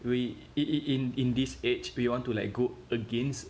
in in in this age you want to go against